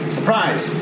Surprise